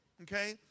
okay